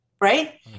Right